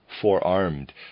forearmed